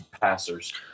Passers